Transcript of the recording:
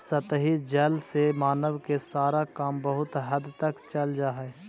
सतही जल से मानव के सारा काम बहुत हद तक चल जा हई